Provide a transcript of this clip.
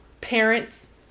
parents